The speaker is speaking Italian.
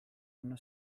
hanno